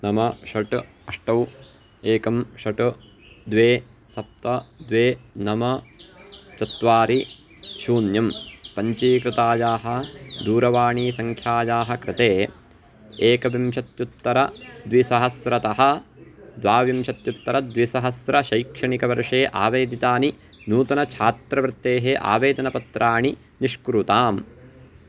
मम षट् अष्टौ एकं षट् द्वे सप्त द्वे नाम चत्वारि शून्यं पञ्जीकृतायाः दूरवाणीसङ्ख्यायाः कृते एकविंशत्युत्तरद्विसहस्रतः द्वाविंशत्युत्तरद्विसहस्रं शैक्षणिकवर्षे आवेदितानि नूतनछात्रवृत्तेः आवेदनपत्राणि निष्कुरुताम्